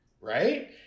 Right